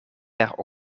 per